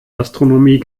astronomie